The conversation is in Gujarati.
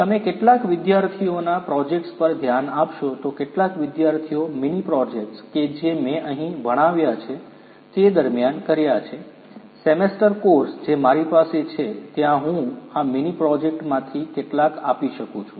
તમે કેટલાક વિદ્યાર્થીઓના પ્રોજેક્ટ્સ પર ધ્યાન આપશો તો કેટલાક વિદ્યાર્થીઓ મીની પ્રોજેક્ટ્સ કે જે મેં અહીં ભણાવ્યા છે તે દરમિયાન કર્યા છે સેમેસ્ટર કોર્સ જે મારી પાસે છે ત્યાં હું આ મિનિ પ્રોજેક્ટમાંથી કેટલાક આપી શકું છું